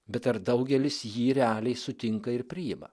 bet ar daugelis jį realiai sutinka ir priima